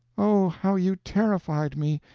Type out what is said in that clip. oh, how you terrified me!